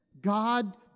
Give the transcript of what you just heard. God